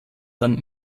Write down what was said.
dann